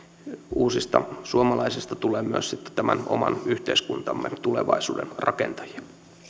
uusista suomalaisista tulee myös sitten tämän oman yhteiskuntamme tulevaisuuden rakentajia